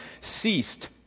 ceased